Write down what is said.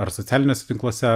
ar socialiniuose tinkluose